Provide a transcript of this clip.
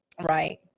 Right